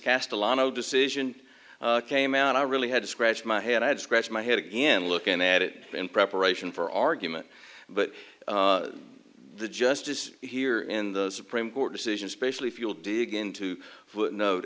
cast a lot of the decision came out i really had to scratch my head i had scratched my head again lookin at it in preparation for argument but the justice here in the supreme court decision especially if you will dig into footnote